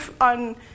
on